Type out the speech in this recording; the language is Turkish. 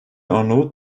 arnavut